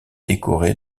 décoré